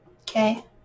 okay